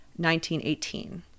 1918